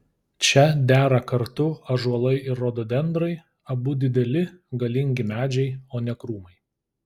čia dera kartu ąžuolai ir rododendrai abu dideli galingi medžiai o ne krūmai